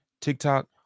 TikTok